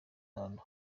ahantu